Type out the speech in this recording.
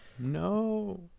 No